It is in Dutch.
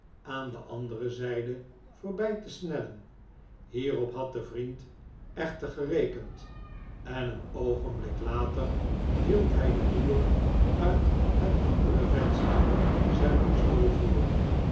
aan de andere zijde voorbij te snellen hierop had de vriend echter gerekend en een oogenblik later hield hij den boer uit het andere venster zijn pistool voor